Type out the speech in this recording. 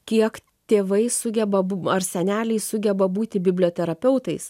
kiek tėvai sugeba ar seneliai sugeba būti biblioterapeutais